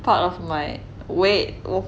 part of my wait